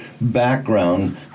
background